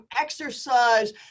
exercise